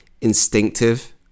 instinctive